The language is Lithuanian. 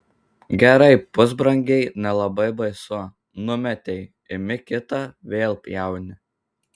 gerai pusbrangiai nelabai baisu numetei imi kitą vėl pjauni